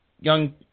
young